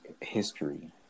history